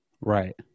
Right